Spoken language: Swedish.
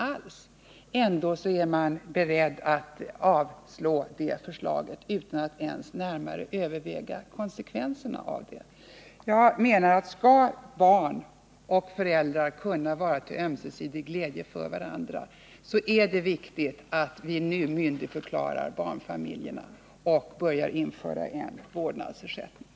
Men ändå är man beredd att avslå förslaget utan att ens närmare överväga konsekvenserna av det. Jag menar att skall barn och föräldrar kunna vara till ömsesidig glädje för varandra så är det viktigt att vi nu myndigförklarar barnfamiljerna och börjar införa en vårdnadsersättning.